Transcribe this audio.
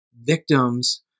victims